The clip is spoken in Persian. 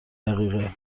دقیقه